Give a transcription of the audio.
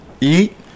eat